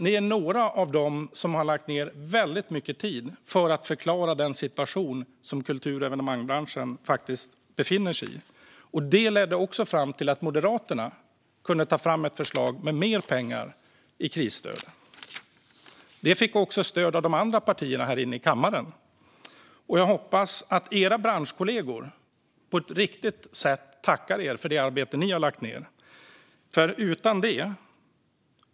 Ni är några av dem som har lagt ned väldigt mycket tid för att förklara den situation som kultur och evenemangsbranschen befinner sig i. Det ledde också fram till att Moderaterna kunde ta fram ett förslag med mer pengar i krisstöd. Det fick också stöd av de andra partierna här inne i kammaren. Jag hoppas att era branschkollegor på ett riktigt sätt tackar er för det arbete som ni har lagt ned.